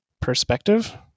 perspective